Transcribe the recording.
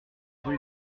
rue